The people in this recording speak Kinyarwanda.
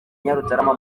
nyarutarama